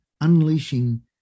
unleashing